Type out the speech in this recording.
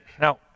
now